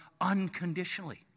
unconditionally